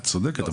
את צודקת,